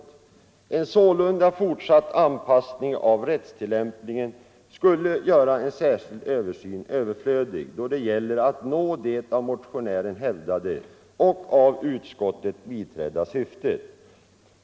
En sålunda förutsatt anpassning av rättstillämpningen skulle göra en särskild översyn överflödig då det gäller att nå det av motionären hävdade och av utskottet biträdda syftet.